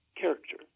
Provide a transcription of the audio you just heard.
character